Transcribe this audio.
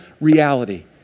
reality